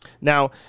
Now